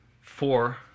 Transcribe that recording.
four